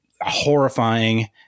horrifying